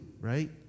Right